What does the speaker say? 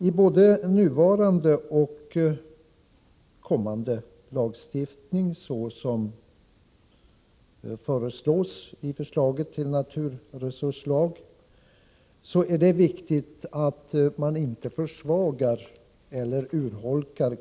Enligt förslaget till naturresurslag är det i både nuvarande och kommande lagstiftning viktigt att kommunernas självbestämmanderätt inte försvagas eller urholkas.